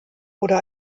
oder